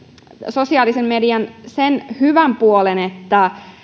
sosiaalisen median sen hyvän puolen että